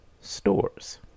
stores